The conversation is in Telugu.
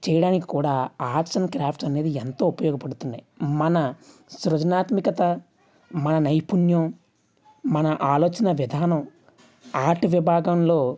చేయడానికి కూడా ఆర్ట్స్ అండ్ క్రాఫ్ట్స్ అనేవి ఎంతో ఉపయోగపడుతున్నాయి మన సృజనాత్మకత మన నైపుణ్యం మన ఆలోచన విధానం ఆర్ట్ విభాగంలో